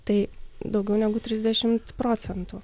tai daugiau negu trisdešimt procentų